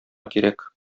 кирәк